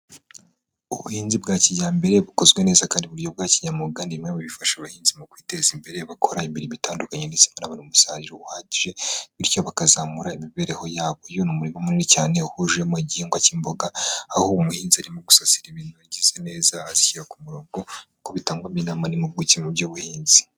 Ubuhinzi bwa kijyambere bukozwe neza kandi mu buryo bwa kinyamuwuga, ni bumwe mu bufasha abahinzi mu kwiteza imbere, bakora imirimo itandukanye ndetse banabona umusaruro uhagije, bityo bakazamura imibereho yabo. Uyu ni umurima munini cyane uhurijwemo igihingwa cy'imboga, aho umuhinzi arimo gusasira intoryi ze neza azishyira ku murongo, nkuko bitangwamo inama n'impuguke mu by'ubuhinzi.